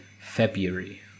February